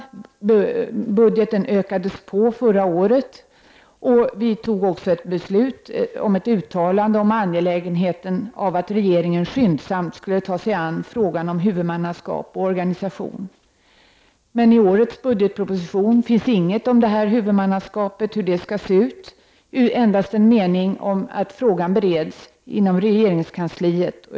Förra året utökades budgeten, och vi fattade också ett beslut om ett uttalande om angelägenheten av att regeringen skyndsamt skulle ta sig an frågan om huvudmannaskap och organisation. I årets budgetproposition återfinns dock ingenting om hur det framtida huvudmannaskapet skall se ut, endast en mening om att frågan för närvarande bereds inom regeringskansliet.